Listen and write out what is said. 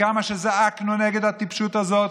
כמה שזעקנו נגד הטיפשות הזאת,